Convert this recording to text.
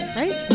right